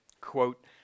quote